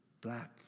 black